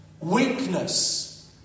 weakness